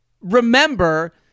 remember